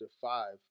five